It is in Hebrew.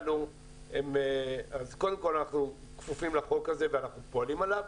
אז אנחנו כפופים לחוק הזה ואנחנו פועלים לפיו.